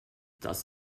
das